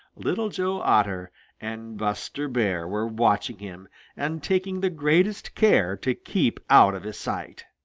little joe otter and buster bear were watching him and taking the greatest care to keep out of his sight.